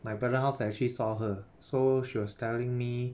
my brother house I actually saw her so she was telling me